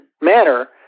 manner